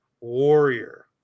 Warrior